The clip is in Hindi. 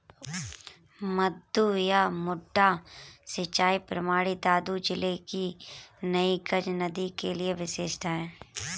मद्दू या मड्डा सिंचाई प्रणाली दादू जिले की नई गज नदी के लिए विशिष्ट है